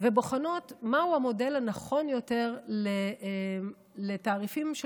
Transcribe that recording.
ובוחנות מהו המודל הנכון יותר לתעריפים של